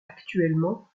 actuellement